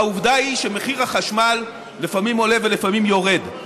העובדה היא שמחיר החשמל לפעמים עולה ולפעמים יורד.